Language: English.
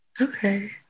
Okay